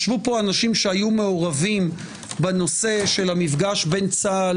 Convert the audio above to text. ישבו פה אנשים שהיו מעורבים בנושא במפגש בין צה"ל